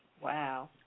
Wow